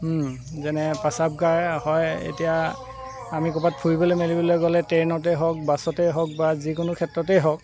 যেনে প্ৰাসাৱগাৰ হয় এতিয়া আমি ক'ৰবাত ফুৰিবলৈ মেলিবলৈ গ'লে ট্ৰেইনতে হওক বাছতেই হওক বা যিকোনো ক্ষেত্ৰতেই হওক